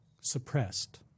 suppressed